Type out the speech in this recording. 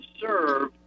serve